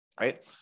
right